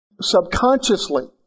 Subconsciously